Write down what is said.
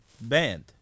band